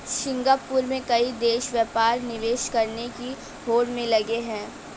Singapore में कई देश व्यापार निवेश करने की होड़ में लगे हैं